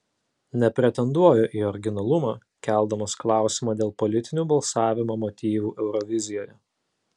nepretenduoju į originalumą keldamas klausimą dėl politinių balsavimo motyvų eurovizijoje